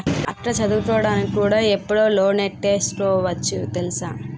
అక్కా చదువుకోడానికి కూడా ఇప్పుడు లోనెట్టుకోవచ్చు తెలుసా?